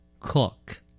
Cook